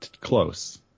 close